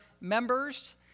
members